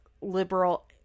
liberal